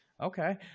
Okay